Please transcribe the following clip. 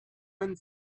one